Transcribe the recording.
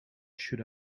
should